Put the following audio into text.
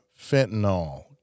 fentanyl